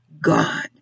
God